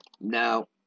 Now